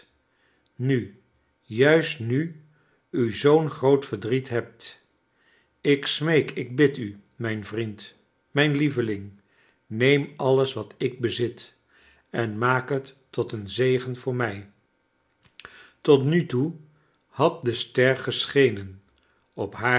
nu juist nu u zoo'n groot verdriet hebt ik smeek ik bid u mijn vriend mijn lieveling neem alies wat ik bezit en maak het tot een zegen voor mij tot nu toe had de ster geschenen op haar